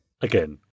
again